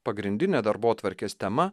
pagrindinė darbotvarkės tema